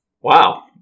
Wow